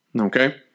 okay